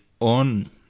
On